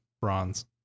bronze